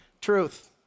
truth